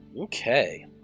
Okay